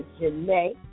Janae